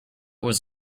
was